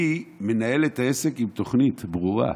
אני מנהל את העסק עם תוכנית ברורה.